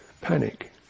panic